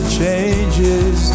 changes